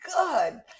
good